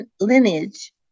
lineage